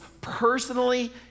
personally